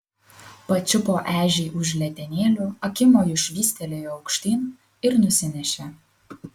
pačiupo ežį už letenėlių akimoju švystelėjo aukštyn ir nusinešė